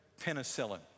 penicillin